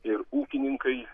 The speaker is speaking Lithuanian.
ir ūkininkai